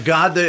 God